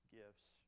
gifts